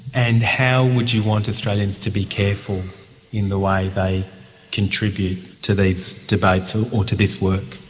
and how would you want australians to be careful in the way they contribute to these debates so or to this work?